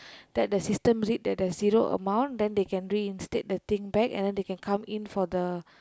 let the system read that there's zero amount then they can reinstate the thing back and then they can come in for the